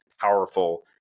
powerful